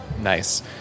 nice